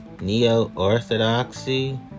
Neo-Orthodoxy